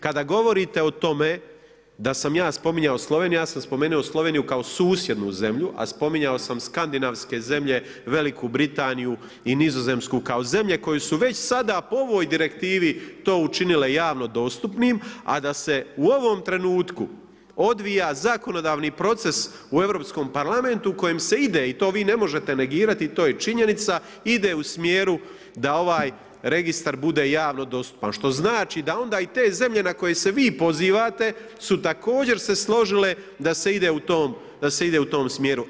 Kada govorite o tome da sam ja spominjao Sloveniju, ja sam spomenuo Sloveniju kao susjednu zemlju, a spominjao sam skandinavske zemlje, Veliku Britaniju i Nizozemsku kao zemlje koje su već sada po ovoj Direktivi to učinile javno dostupnim, a da se u ovom trenutku odvija zakonodavni proces u Europskom parlamentu kojim se ide, i to vi ne možete negirati, to je činjenica, ide u smjeru da ovaj Registar bude javno dostupan, što znači da onda i te zemlje na koje se vi pozivate su također se složile da se ide u tom smjeru.